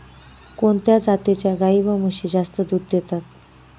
कोणत्या जातीच्या गाई व म्हशी जास्त दूध देतात?